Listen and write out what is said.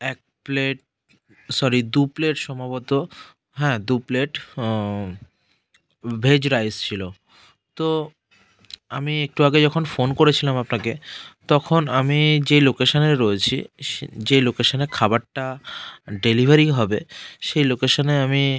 এক plate sorry দু plate সম্ভবত হ্যাঁ দু প্লেট ভেজ রাইস ছিলো তো আমি একটু আগে যখন ফোন করেছিলাম আপনাকে তখন আমি যে লোকেশানে রয়েছি সে যেই লোকেশানে খাবারটা ডেলিভারি হবে সেই লোকেশানে আমি